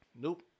nope